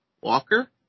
Walker